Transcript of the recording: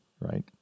Right